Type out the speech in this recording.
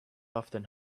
often